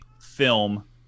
film